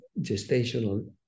gestational